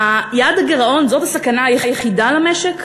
יעד הגירעון הוא הסכנה היחידה למשק?